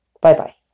Bye-bye